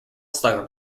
slugger